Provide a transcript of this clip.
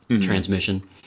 transmission